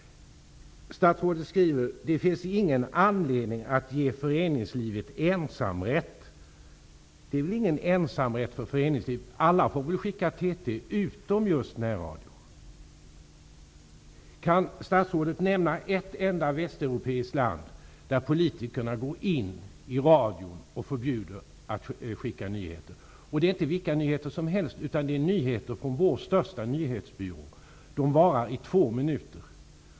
Statsrådet skriver: ''Det finns emellertid inte någon anledning att ge föreningslivet -- ensamrätt''. Det är inte någon ensamrätt för föreningslivet! Alla får sända TT-nyheter utom just närradion. Kan statsrådet nämna ett enda västeuropeiskt land där politikerna ingriper mot radion och förbjuder nyhetssändningar? Det är inte vilka nyheter som helst, utan det är nyheter från vår största nyhetsbyrå. De varar i två minuter.